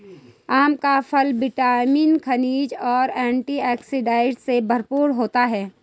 आम का फल विटामिन, खनिज और एंटीऑक्सीडेंट से भरपूर होता है